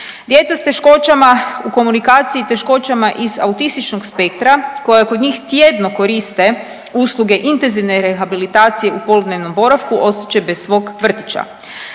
Djeca s teškoćama u komunikaciji, teškoćama iz autističnog spektra koja kod njih tjedno koriste usluge intenzivne rehabilitacije u poludnevnom boravku ostat će bez svog vrtića.